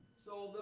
so,